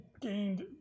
gained